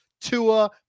Tua